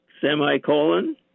Semicolon